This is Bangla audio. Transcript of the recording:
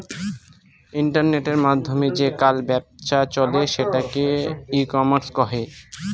ইন্টারনেটের মাধ্যমে যে ফাল ব্যপছা চলে সেটোকে ই কমার্স কহে